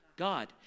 God